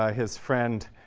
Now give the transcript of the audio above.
ah his friend,